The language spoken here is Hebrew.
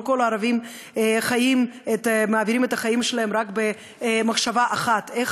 לא כל הערבים מעבירים את החיים שלהם רק במחשבה אחת: איך